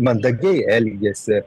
mandagiai elgėsi